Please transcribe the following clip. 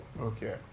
Okay